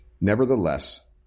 Nevertheless